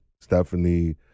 stephanie